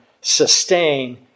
sustain